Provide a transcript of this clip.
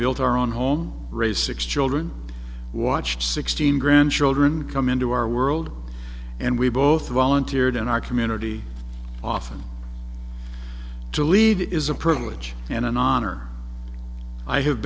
built our own home raised six children watched sixteen grandchildren come into our world and we both volunteered in our community often to lead is a privilege and an honor i have